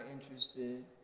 interested